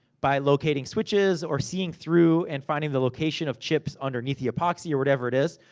by locating switches, or seeing through and finding the location of chips underneath the epoxy, or whatever it is.